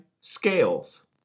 Scales